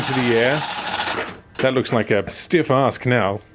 yeah that looks like a stiff ask now.